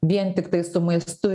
vien tiktai su maistu